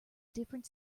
different